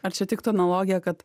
ar čia tiktų analogija kad